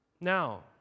Now